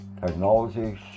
technologies